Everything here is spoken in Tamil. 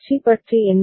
சி பற்றி என்ன